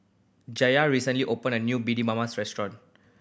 Jaye recently opened a new restaurant